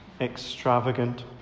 extravagant